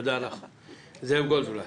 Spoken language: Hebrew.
זאב גולדבלט